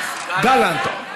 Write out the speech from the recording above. השר גלנט.